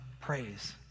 praise